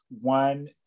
one